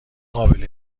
قابل